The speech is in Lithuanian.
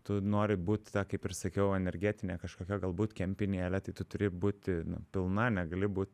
tu nori būt ta kaip ir sakiau energetinė kažkokia galbūt kempinėle tai tu turi būti pilna negali būt